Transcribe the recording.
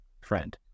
friend